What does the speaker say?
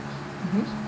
mmhmm